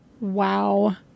Wow